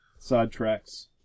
Sidetracks